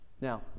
Now